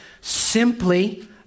simply